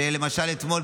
שלמשל אתמול,